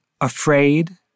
afraid